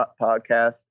podcast